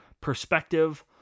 perspective